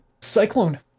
cyclone